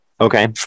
Okay